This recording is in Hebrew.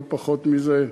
לא פחות מזה,